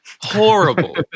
Horrible